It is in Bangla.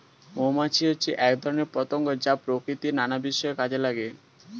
মৌমাছি হচ্ছে এক ধরনের পতঙ্গ যা প্রকৃতির নানা বিষয়ে কাজে লাগে